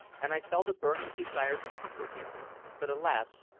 and i felt a burning desire to comfort him but, alas!